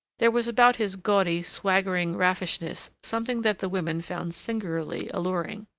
there was about his gaudy, swaggering raffishness something that the women found singularly alluring.